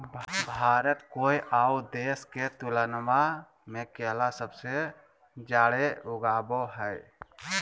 भारत कोय आउ देश के तुलनबा में केला सबसे जाड़े उगाबो हइ